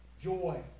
joy